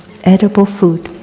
edible food.